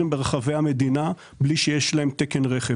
ברחבי המדינה בלי שיש להם תקן רכב.